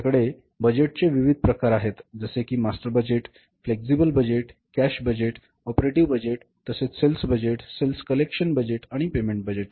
आपल्याकडे बजेट चे विविध प्रकार आहेत जसे कि master budget flexible budget cash budget operative budget तसेच sales budget sales collection budget आणि पेमेंट बजेट